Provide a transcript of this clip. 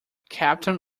captain